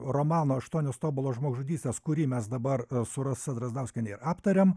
romano aštuonios tobulos žmogžudystės kurį mes dabar su rasa drazdauskiene ir aptariam